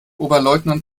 oberleutnant